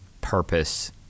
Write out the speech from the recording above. purpose